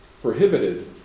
prohibited